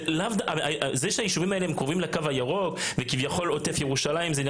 זה שהיישובים האלה הם קרובים לקו הירוק וכביכול עוטף ירושלים,